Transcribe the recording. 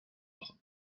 des